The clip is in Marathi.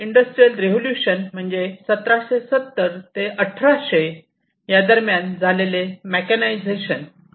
इंडस्ट्रियल रिव्होल्यूशन म्हणजे 1770 ते 1800 यादरम्यान झालेले मेकॅनायझेशन होते